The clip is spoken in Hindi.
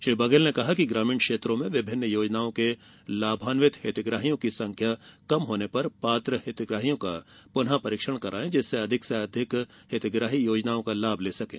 श्री बघेल ने कहा कि ग्रामीण क्षेत्रों में विभिन्न योजनाओं के लाभान्वित हितग्राहियों की संख्या कम होने पर पात्र हितग्राहियों का पुनः परीक्षण करायें जिससे अधिक से अधिक हितग्राही योजनाओं का लाभ ले सकें